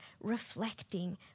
reflecting